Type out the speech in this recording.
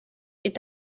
est